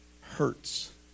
hurts